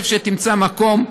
איפה שתמצא מקום,